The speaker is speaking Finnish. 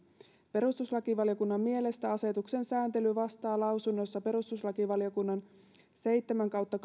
perustuslakivaliokunnan mielestä asetuksen sääntely vastaa perustuslakivaliokunnan lausunnossa seitsemän kautta